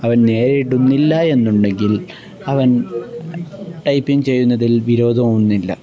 അവൻ നേരിടുന്നില്ല എന്നുണ്ടെങ്കിൽ അവൻ ടൈപ്പിംഗ് ചെയ്യുന്നതിൽ വിരോധമൊന്നുമില്ല